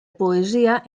poesia